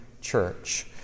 church